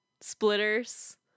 splitters